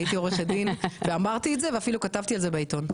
הייתי עורכת דין ואמרתי את זה ואפילו כתבתי על זה בעיתון.